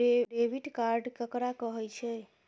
Debit card ककरा कहै छै?